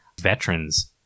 veterans